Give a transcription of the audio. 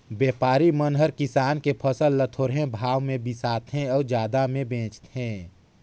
बेपारी मन हर किसान के फसल ल थोरहें भाव मे बिसाथें अउ जादा मे बेचथें